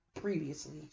previously